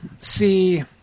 See